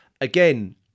again